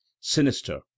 sinister